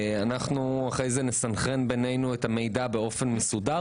אנחנו אחרי זה נסנכרן בינינו את המידע באופן מסודר